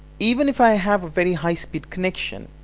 even if i have a very high speed connection